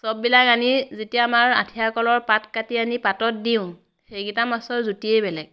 চববিলাক আনি যেতিয়া আমাৰ আঠিয়া কলৰ পাত কাটি আনি পাতত দিওঁ সেইগিটা মাছৰ জুতিয়েই বেলেগ